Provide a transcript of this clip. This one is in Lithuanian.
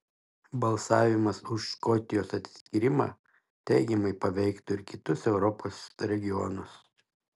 balsavimas už škotijos atsiskyrimą teigiamai paveiktų ir kitus europos regionus